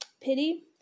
pity